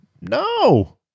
no